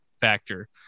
factor